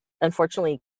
unfortunately